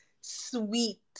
sweet